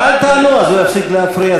אל תענו, אז הוא יפסיק להפריע.